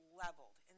leveled